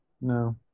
No